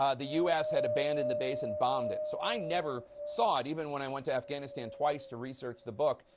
um the u s. had abandoned the base and bombed it, so i never saw it even when i went to afghanistan twice to research the book,